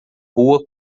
rua